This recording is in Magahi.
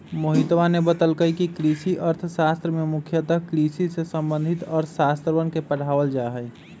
मोहितवा ने बतल कई कि कृषि अर्थशास्त्र में मुख्यतः कृषि से संबंधित अर्थशास्त्रवन के पढ़ावल जाहई